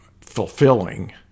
fulfilling